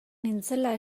nintzela